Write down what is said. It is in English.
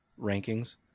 rankings